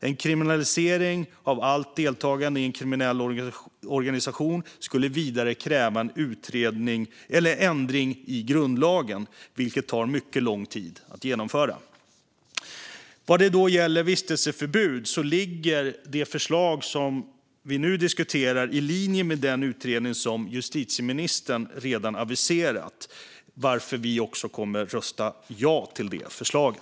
En kriminalisering av allt deltagande i en kriminell organisation skulle vidare kräva en ändring i grundlagen, vilket tar mycket lång tid att genomföra. Låt mig gå över till vistelseförbud. Förslaget vi nu diskuterar ligger i linje med den utredning som justitieministern redan har aviserat, varför vi också kommer att rösta ja till förslaget.